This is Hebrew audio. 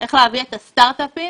איך להביא את הסטרטאפים